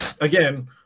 Again